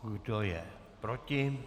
Kdo je proti?